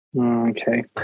Okay